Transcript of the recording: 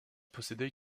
possédait